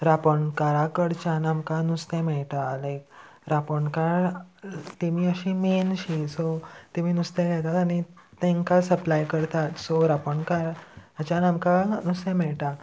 रांपणकारा कडच्यान आमकां नुस्तें मेयटा लायक रांपोणकार तेमी अशी मेनशी सो तेमी नुस्तें घेतात आनी तेंकां सप्लाय करतात सो रांपणकाराच्यान आमकां नुस्तें मेयटा